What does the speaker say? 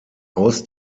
aus